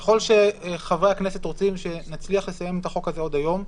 אבל ככול שחברי הכנסת רוצים שנצליח לסיים את החוק הזה עוד היום,